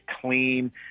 clean